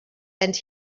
and